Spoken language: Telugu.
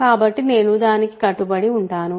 కాబట్టి నేను దానికి కట్టుబడి ఉంటాను